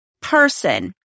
person